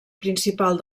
principal